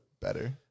better